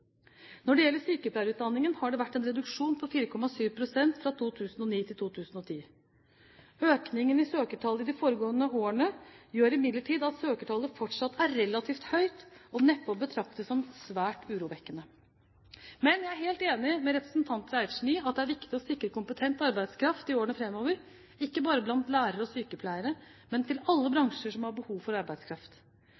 Når det gjelder sykepleierutdanningen, har det vært en reduksjon på 4,7 pst. fra 2009 til 2010. Økningen i søkertallet i de foregående årene gjør imidlertid at søkertallet fortsatt er relativt høyt og neppe å betrakte som svært urovekkende. Men jeg er helt enig med representanten Reiertsen i at det er viktig å sikre kompetent arbeidskraft i årene framover, ikke bare blant lærere og sykepleiere, men til alle